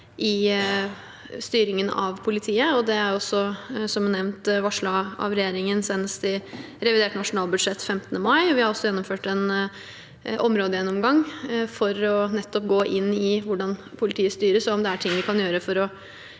i styringen av politiet. Det er også, som nevnt, varslet av regjeringen senest i revidert nasjonalbudsjett 15. mai. Vi har også gjennomført en områdegjennomgang for nettopp å gå inn i hvordan politiet styres, og om det er ting vi kan gjøre for å